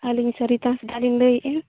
ᱟᱹᱞᱤᱧ ᱥᱚᱨᱤᱛᱟ ᱦᱟᱸᱥᱫᱟ ᱞᱤᱧ ᱞᱟᱹᱭᱮᱫᱼᱟ